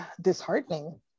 disheartening